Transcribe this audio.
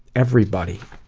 everybody,